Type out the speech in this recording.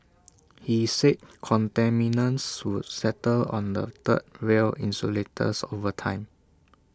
he said contaminants would settle on the third rail insulators over time